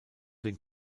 den